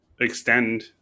extend